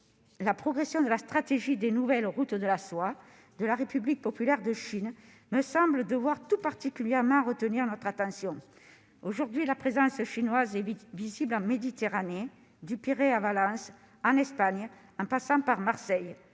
la progression de la stratégie des nouvelles routes de la soie de la République populaire de Chine, me semble devoir tout particulièrement retenir notre attention. Aujourd'hui, la présence chinoise est partout visible : en Méditerranée, du Pirée à Valence, en Espagne, en passant par Marseille,